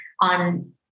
on